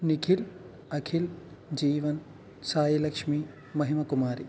Nikhil Akhil Jeevan Sailakshmi Mahima Kumari